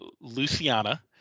Luciana